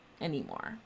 anymore